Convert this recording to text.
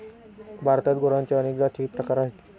भारतात गुरांच्या अनेक जाती आहेत